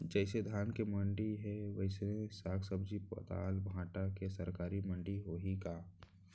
जइसे धान के मंडी हे, वइसने साग, भाजी, पताल, भाटा के सरकारी मंडी होही का?